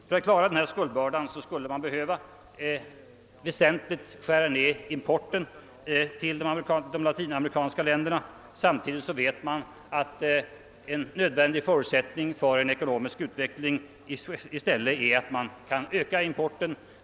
För att klara denna skuldbörda skulle de latinamerikanska länderna behöva väsentligt skära ned importen. Samtidigt vet man att en nödvändig förutsättning för en ekonomisk utveckling i stället är en ökning av importen.